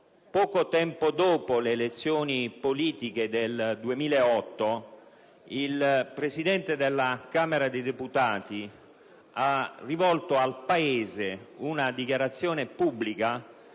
poco tempo dopo le elezioni politiche del 2008 il Presidente della Camera dei deputati fece una dichiarazione pubblica